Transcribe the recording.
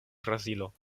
brazilo